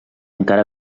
encara